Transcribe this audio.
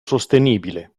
sostenibile